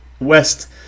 west